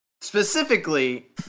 specifically